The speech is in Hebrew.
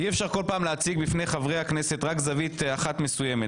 אי אפשר כל פעם להציג בפני חברי הכנסת רק זווית אחת מסוימת.